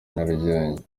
nyarugenge